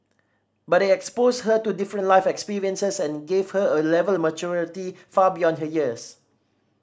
but it exposed her to different life experiences and gave her a level of maturity far beyond her years